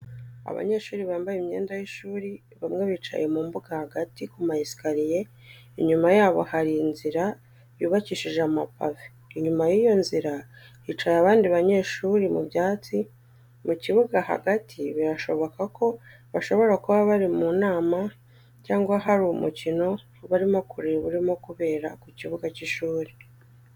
Abanyeshuri bambaye imyenda y'ishuri bamwe bicaye mumbuga hagati kumayesikariye inyuma yabo hari inzira yubakishije amapave inyuma yiyo nzira hicaye abandi banyeshuri mu byatsi, mu kibuga hagati birashoboka ko bashobora kuba bari mu nama cyangwa hari umukino barimo kureba urimo kubera ku kibuga cy'ishuri.